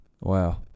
wow